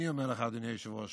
אני אומר לך, אדוני היושב-ראש,